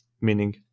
meaning